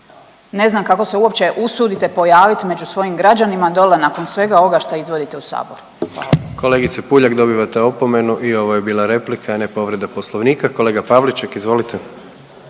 Ne znam kako se uopće usudite pojavit među svojim građanima dole nakon svega ovoga šta izvodite u Saboru. Hvala. **Jandroković, Gordan (HDZ)** Kolegice Puljak dobivate opomenu i ovo je bila replika, a ne povreda poslovnika. Kolega Pavliček izvolite.